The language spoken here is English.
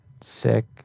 Sick